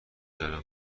دارم